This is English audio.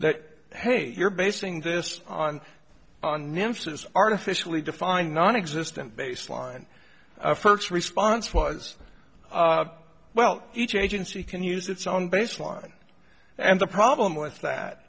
that hey you're basing this on on nymphs is artificially defined nonexistent baseline first response was well each agency can use its own baseline and the problem with that